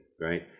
right